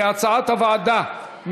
כהצעת הוועדה.